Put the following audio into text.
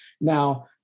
Now